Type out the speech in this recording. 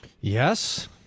Yes